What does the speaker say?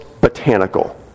botanical